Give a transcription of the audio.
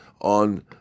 on